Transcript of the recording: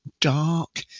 Dark